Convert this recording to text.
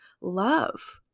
love